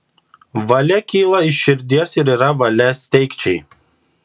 valia kyla iš širdies ir yra valia steigčiai